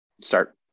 start